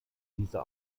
dieser